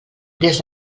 des